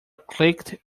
creaked